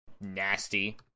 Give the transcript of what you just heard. nasty